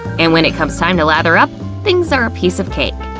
and when it comes time to lather up, things are a piece of cake.